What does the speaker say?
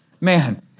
man